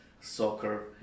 soccer